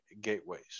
gateways